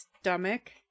stomach